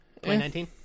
2019